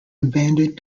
abandoned